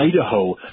Idaho